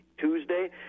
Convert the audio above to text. Tuesday